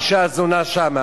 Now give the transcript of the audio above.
אשה זונה שמה,